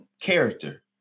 character